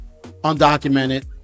undocumented